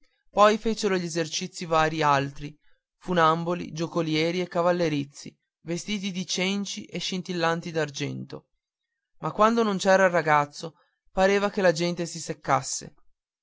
poi fecero gli esercizi vari altri funamboli giocolieri e cavallerizzi vestiti di cenci e scintillanti d'argento ma quando non c'era il ragazzo pareva che la gente si seccasse